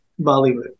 Bollywood